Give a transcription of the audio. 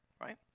right